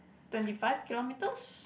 twenty five kilometers